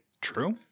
True